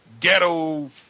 ghetto